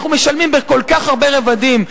אנחנו משלמים בכל כך הרבה רבדים.